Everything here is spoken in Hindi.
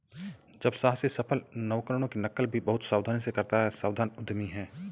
जब साहसी सफल नवकरणों की नकल भी बहुत सावधानी से करता है सावधान उद्यमी है